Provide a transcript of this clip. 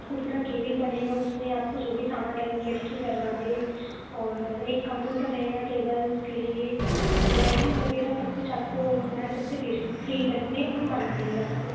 आपको पूरा केबिन बनेगा उसमें आपको जो भी सामान लगें खिड़की दरवाजे और एक कम्प्यूटर रहेगा टेबल उसके लिए और लाइटिंग वगैरह सब कुछ आपको हमारे तरफ से फ्री फ़्री बनने हम बना देंगे आपको